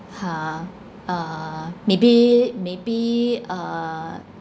!huh! uh maybe maybe uh